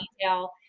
detail